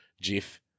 Jeff